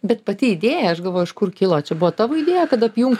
bet pati idėja aš galvoju iš kur kilo čia buvo tavo idėja kad apjungt